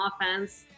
offense